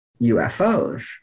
UFOs